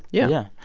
yeah.